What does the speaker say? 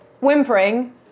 whimpering